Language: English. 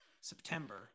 September